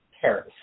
Paris